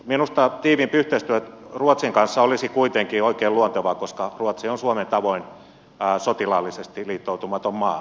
minusta tiiviimpi yhteistyö ruotsin kanssa olisi kuitenkin oikein luontevaa koska ruotsi on suomen tavoin sotilaallisesti liittoutumaton maa